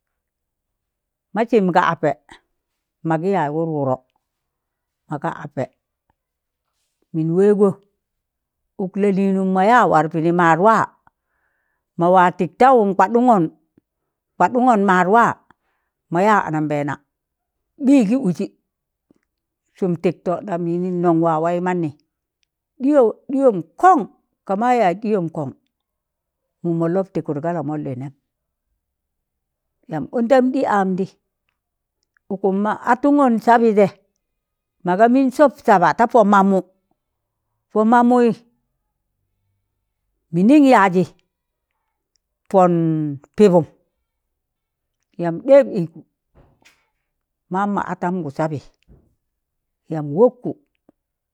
Ma sịm ga apẹ ma gi yaz wụrwụrọ, ma ga apẹ, mịn wẹgọ, ụk lalịnmum mọ ya war pịdị mad wa mọ wa tiktawun kwaɗungon kwaɗungon maad wa mo ya anambẹẹna ɓi ̣gị ụzị sụm tịktọ nam nọn nọn wa waị mannị ɗiyo-ɗịyọm kọn ka ma yaz ɗịyọm kọn mụm mọ lọb tịkụt ka lamọlị nẹm, yamb ụndam ɗị amdị, ụkụm ma atụngọn sabịje, maga min sob sama ta po mamu, pọ mamui minin yaaji, pon pibum yamb ɗoon iku, mam ma atamgu sabi yamb wokku.